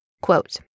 quote